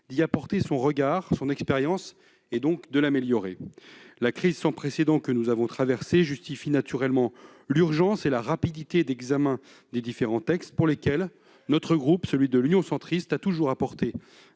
d'y apporter son regard, son expérience et, donc, de l'améliorer. La crise sans précédent que nous avons traversée justifie naturellement l'urgence et la rapidité d'examen des différents textes auxquels le groupe Union Centriste a toujours apporté